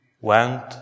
went